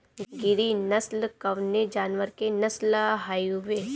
गिरी नश्ल कवने जानवर के नस्ल हयुवे?